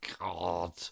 God